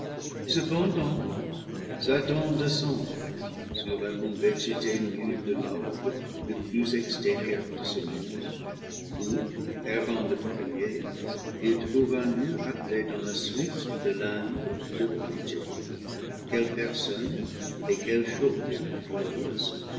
cependant satan descend sur la convexité nue de l'orbe le plus extérieur de ce monde où errant le premier il trouve un lieu appelé dans la suite le limbe de vanité quelles personnes et quelles choses volent à ce